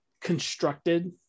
constructed